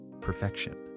perfection